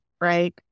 right